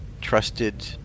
trusted